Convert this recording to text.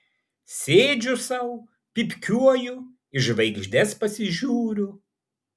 sėdžiu sau pypkiuoju į žvaigždes pasižiūriu